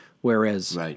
whereas